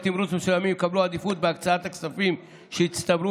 תמרוץ מסוימים יקבלו עדיפות בהקצאת הכספים שהצטברו